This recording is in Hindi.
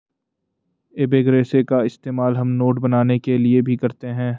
एबेक रेशे का इस्तेमाल हम नोट बनाने के लिए भी करते हैं